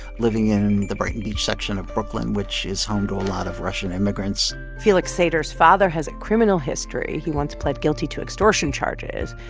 living in the brighton beach section of brooklyn, which is home to a lot of russian immigrants felix sater's father has a criminal history. he once pled guilty to extortion charges.